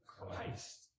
Christ